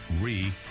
re